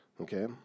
Okay